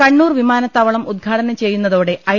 കണ്ണൂർ വിമാനത്താവളം ഉദ്ഘാടനം ചെയ്യു ന്നതോടെ ഐ